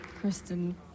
Kristen